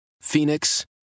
Phoenix